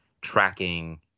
tracking